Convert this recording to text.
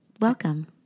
Welcome